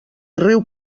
riu